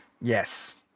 Yes